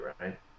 right